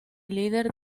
líder